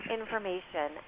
information